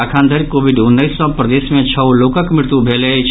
अखन धरि कोविड उनैस सॅ प्रदेश मे छओ लोकक मृत्यु भेल अछि